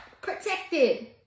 protected